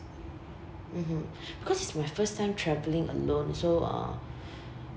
mmhmm because it's my first time traveling alone so uh